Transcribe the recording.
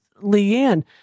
Leanne